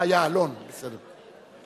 אה, יעלון, בסדר.